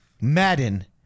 Madden